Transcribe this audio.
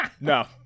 No